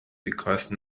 because